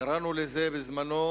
קראנו לזה בזמנו